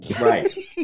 Right